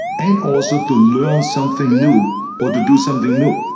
and also to learn something new or to do something new.